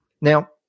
Now